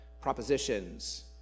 propositions